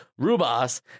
rubas